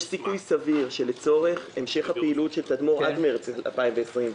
יש סיכוי סביר שלצורך המשך הפעילות של תדמור עד מרץ 2020,